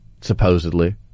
supposedly